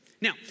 Now